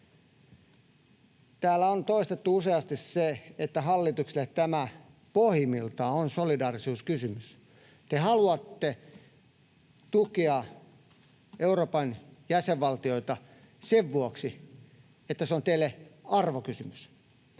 Täällä on toistettu useasti se, että hallitukselle tämä pohjimmiltaan on solidaarisuuskysymys. Te haluatte tukea Euroopan jäsenvaltioita sen vuoksi, että se on teille arvokysymys.